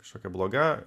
kažkokia bloga